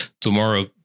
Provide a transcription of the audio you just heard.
tomorrow